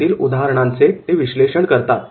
त्यातील उदाहरणाचें ते विश्लेषण करतात